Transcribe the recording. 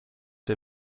der